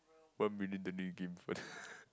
one million dollar in game fund